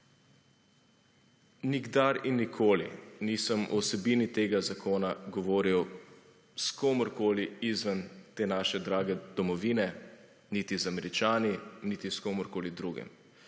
Nikdar in nikoli nisem o vsebini tega zakona govoril s komerkoli izven te naše drage domovine, niti z Američani niti s komerkoli drugim.